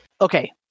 Okay